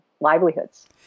livelihoods